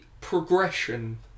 progression